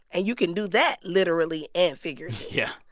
and you can do that literally and figuratively yeah,